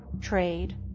trade